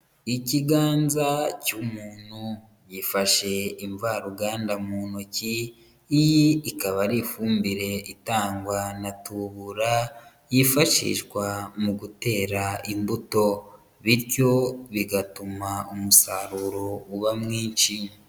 Ikiganza cy'umuntu gifashe imvaruganda mu ntoki, iyi ikaba ari ifumbire itangwa na tubura yifashishwa mu gutera imbuto, bityo bigatuma umusaruro uba mwinshi.